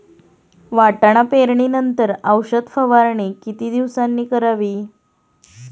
वाटाणा पेरणी नंतर औषध फवारणी किती दिवसांनी करावी?